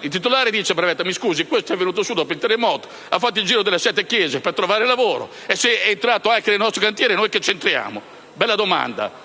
Il titolare della ditta ha ribattuto: se questo è venuto su dopo il terremoto, ha fatto il giro delle sette chiese per trovare lavoro ed è entrato anche nel nostro cantiere, noi che c'entriamo? Bella domanda.